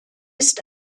ist